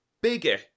bigger